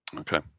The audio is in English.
Okay